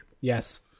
Yes